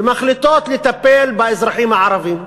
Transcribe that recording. ומחליטות לטפל באזרחים הערבים.